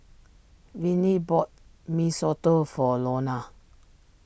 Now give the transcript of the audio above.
Vinnie bought Mee Soto for Lona